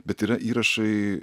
bet yra įrašai